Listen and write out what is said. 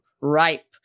ripe